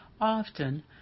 Often